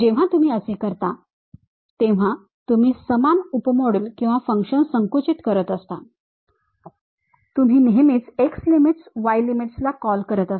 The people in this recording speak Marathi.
जेव्हा तुम्ही असे करता तेव्हा तुम्ही समान उप मॉड्यूल किंवा फंक्शन संकुचित करत असता तुम्ही नेहमीच x limits y limitsला कॉल करत असता